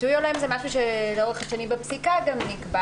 ביטוי הולם זה משהו שלאורך השנים בפסיקה גם נקבע,